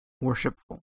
worshipful